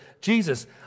Jesus